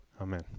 Amen